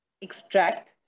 extract